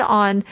on